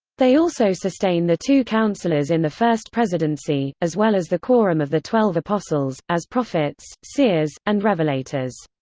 they also sustain the two counselors in the first presidency, as well as the quorum of the twelve apostles, as prophets, seers, and revelators.